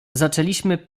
zaczęliśmy